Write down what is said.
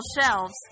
shelves